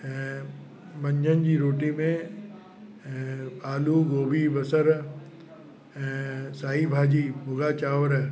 ऐं मंझंनि जी रोटी में ऐं आलू गोभी बसर ऐं साई भाॼी भुॻा चांवर